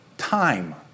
time